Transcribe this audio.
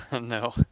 No